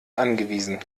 angewiesen